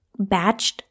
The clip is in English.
batched